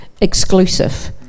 exclusive